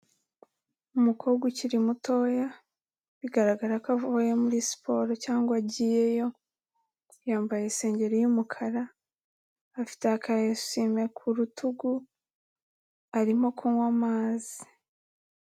Umukobwa ukiri mutoya, bigaragara ko avuye muri siporo cyangwa agiyeyo, yambaye isengeri y'umukara afite aka esume ku rutugu, arimo kunywa amazi.